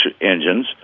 engines